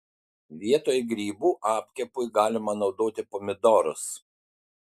vietoj grybų apkepui galima naudoti pomidorus